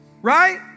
right